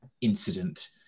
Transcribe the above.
incident